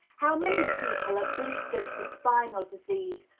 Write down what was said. how many people are blistered for spinal disease,